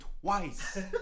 twice